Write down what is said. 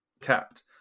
kept